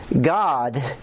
God